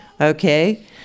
Okay